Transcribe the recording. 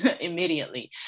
immediately